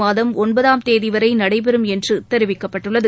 மாதம் ஒன்பதாம் தேதி வரை நடைபெறும் என்று தெரிவிக்கப்பட்டுள்ளது